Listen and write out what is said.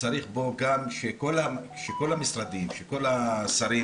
וצריך פה גם שכל המשרדים, שכל השרים,